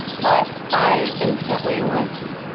but i instantly was